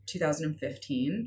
2015